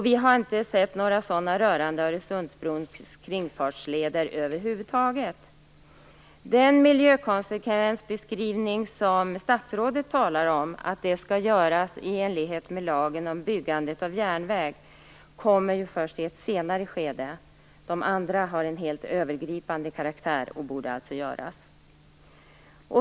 Vi har över huvud taget inte sett några sådana rörande Den miljökonsekvensbeskrivning som enligt statsrådet skall göras i enlighet med lagen om byggande av järnväg kommer ju först i ett senare skede. De andra har en helt övergripande karaktär och borde alltså göras.